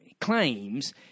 Claims